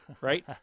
right